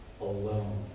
alone